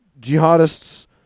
jihadists